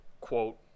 quote